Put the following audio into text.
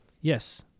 Yes